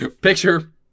Picture